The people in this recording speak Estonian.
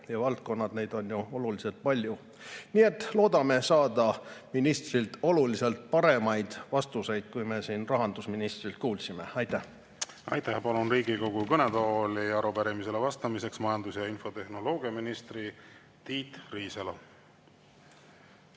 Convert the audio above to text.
tegeleb, on ju palju rohkem. Nii et loodame saada ministrilt oluliselt paremaid vastuseid, kui me siin rahandusministrilt kuulsime. Aitäh! Aitäh! Palun Riigikogu kõnetooli arupärimisele vastamiseks majandus- ja infotehnoloogiaminister Tiit Riisalo.